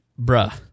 Bruh